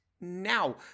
now